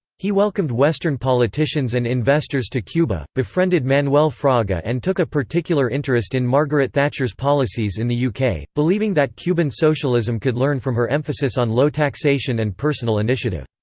he welcomed western politicians and investors to cuba, befriended manuel fraga and took a particular interest in margaret thatcher's policies in the yeah uk, believing that cuban socialism could learn from her emphasis on low taxation and personal initiative.